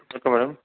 ஆ